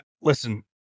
listen